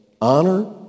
honor